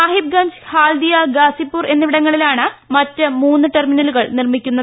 സാഹിബ്ഗഞ്ച് ഹാൽദിയ ഗാസിപൂർ എന്നിവിടങ്ങളിലാണ് മറ്റ് മൂന്ന് ടെർമിനലുകൾ നിർമ്മിക്കുന്നത്